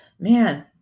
Man